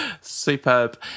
Superb